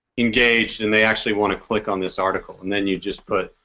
engage and they actually wanna click on this article and then you just put.